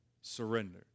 surrender